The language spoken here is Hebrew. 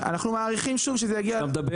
אנחנו מעריכים שזה יגיע -- אתה מדבר